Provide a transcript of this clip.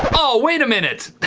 ah wait a minute!